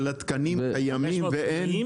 אבל התקנים קיימים ואין?